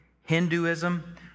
Hinduism